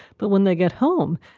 but when they get home.